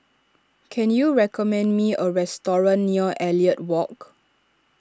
can you recommend me a restaurant near Elliot Walk